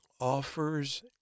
offers